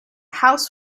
house